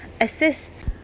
assists